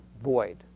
void